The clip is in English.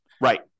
Right